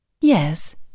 Yes